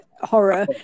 horror